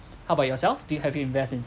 how about yourself do you heavily invest in